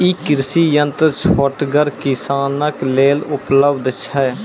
ई कृषि यंत्र छोटगर किसानक लेल उपलव्ध छै?